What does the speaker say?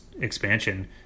expansion